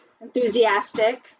enthusiastic